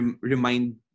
remind